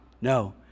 No